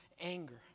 anger